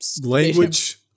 language